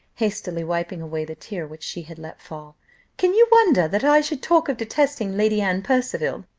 hastily wiping away the tear which she had let fall can you wonder that i should talk of detesting lady anne percival?